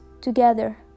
together